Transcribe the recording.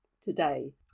today